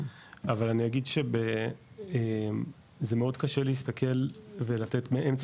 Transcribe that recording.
אבל אני אגיד שזה מאוד קשה להסתכל ולתת מאמצע